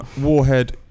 Warhead